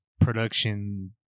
production